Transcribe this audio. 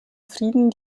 frieden